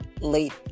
late